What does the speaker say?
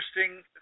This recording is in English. interesting